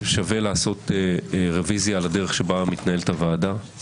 שווה לעשות רביזיה על הדרך שבה מתנהלת הוועדה.